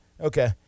Okay